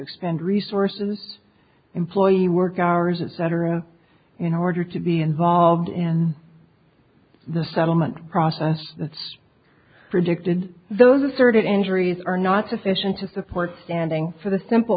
expend resources employee work hours etc in order to be involved in the settlement process predicted those asserted injuries are not sufficient to support standing for the simple